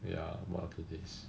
ya one or two days